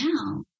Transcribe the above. now